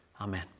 Amen